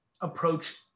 approach